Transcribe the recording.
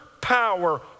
power